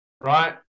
right